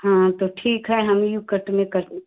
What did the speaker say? हाँ तो ठीक है हम कट में कट